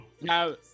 Now